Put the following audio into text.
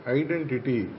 identity